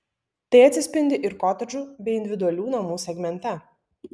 tai atsispindi ir kotedžų bei individualių namų segmente